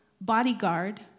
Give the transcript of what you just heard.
bodyguard